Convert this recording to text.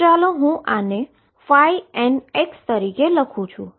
તો ચાલો હું આને n તરીકે લખુ છુ